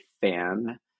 fan